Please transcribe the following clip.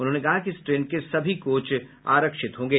उन्होंने कहा कि इस ट्रेन के सभी कोच आरक्षित होंगे